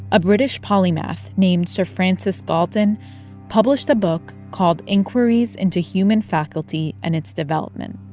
a british polymath named sir francis galton published a book called inquiries into human faculty and its development.